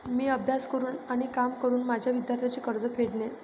मी अभ्यास करून आणि काम करून माझे विद्यार्थ्यांचे कर्ज फेडेन